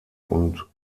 und